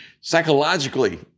psychologically